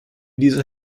dieser